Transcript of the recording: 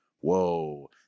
Whoa